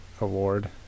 award